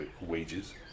wages